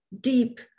deep